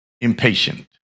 impatient